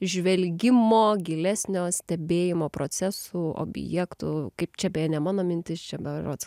žvelgimo gilesnio stebėjimo procesų objektų kaip čia beje ne mano mintis čia berods